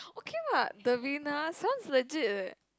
okay what Devina sounds legit leh